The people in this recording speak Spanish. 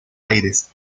aires